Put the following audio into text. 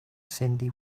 cyndi